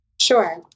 Sure